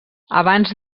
abans